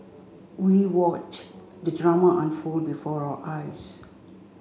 we watched the drama unfold before our eyes